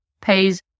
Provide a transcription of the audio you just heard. pays